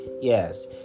Yes